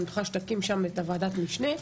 ואני בטוחה שהיא תקים שם ועדת משנה,